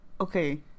Okay